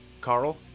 Carl